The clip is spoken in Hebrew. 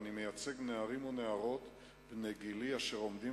ואני מייצג נערים ונערות בני גילי אשר עומדים